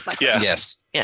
Yes